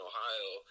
Ohio